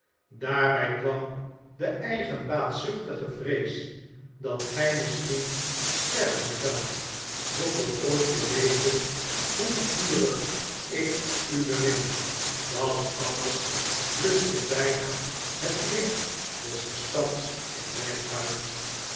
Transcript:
daarbij kwam de eigen baatzuchtige vrees dat gij misschien sterven zoudt zonder ooit te weten hoe vurig ik u bemin dat alles bluschte bijna het licht des verstands in mij uit